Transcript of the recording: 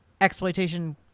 exploitation